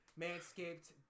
Manscaped